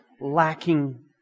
lacking